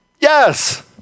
Yes